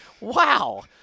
Wow